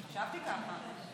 חשבתי ככה.